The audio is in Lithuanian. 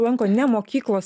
lanko ne mokyklos